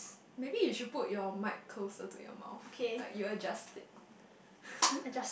maybe you should put your mic closer to your mouth like you adjust it